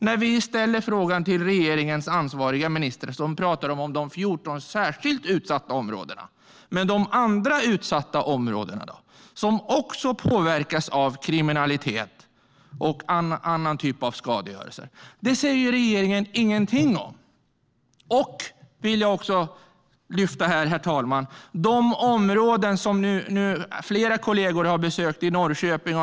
När vi ställer frågor till regeringens ansvariga ministrar talar de om de 14 särskilt utsatta områdena. Men de andra utsatta områdena, då? De påverkas också av kriminalitet och annan typ av skadegörelse. Dem säger regeringen ingenting om. Jag vill också lyfta fram de områden som inte finns med på den här listan, herr talman.